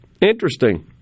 Interesting